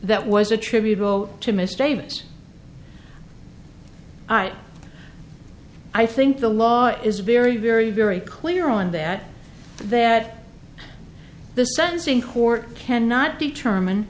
that was attributable to misstatements i i think the law is very very very clear on that there the sentencing court cannot determine